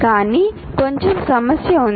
కానీ కొంచెం సమస్య ఉంది